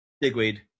Digweed